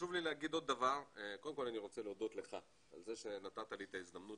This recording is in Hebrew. אני רוצה להודות לך על כך שנתת לי את ההזדמנות